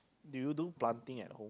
do you do planting at home